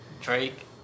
Drake